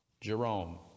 jerome